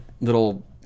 little